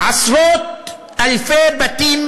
עשרות-אלפי בתים